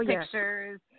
pictures